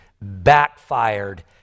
backfired